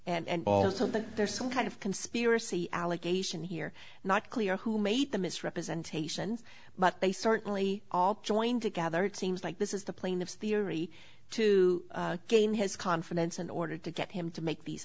that there's some kind of conspiracy allegation here not clear who made the misrepresentation but they certainly all joined together teams like this is the plaintiff's theory to gain his confidence in order to get him to make these